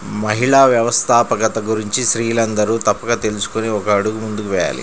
మహిళా వ్యవస్థాపకత గురించి స్త్రీలందరూ తప్పక తెలుసుకొని ఒక అడుగు ముందుకు వేయాలి